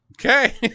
Okay